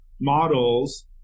models